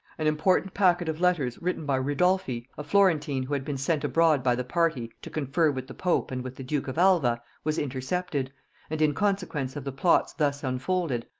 an important packet of letters written by ridolfi, a florentine who had been sent abroad by the party to confer with the pope and with the duke of alva, was intercepted and in consequence of the plots thus unfolded,